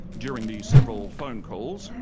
during the several phone calls,